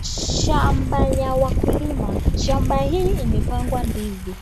Shamba ya wakulima. Shamba hii imepangwa ndizi ,